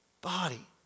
body